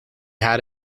had